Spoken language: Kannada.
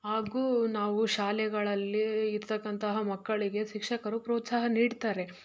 ಹಾಗೂ ನಾವು ಶಾಲೆಗಳಲ್ಲಿ ಇರತಕ್ಕಂತಹ ಮಕ್ಕಳಿಗೆ ಶಿಕ್ಷಕರು ಪ್ರೋತ್ಸಾಹ ನೀಡ್ತಾರೆ